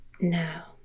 now